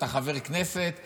אתה חבר כנסת,